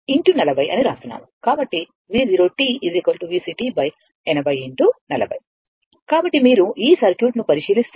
కాబట్టిV0 VC 80 x 40 కాబట్టి మీరు ఈ సర్క్యూట్ను పరిశీలిస్తే